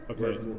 Okay